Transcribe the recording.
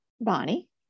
Bonnie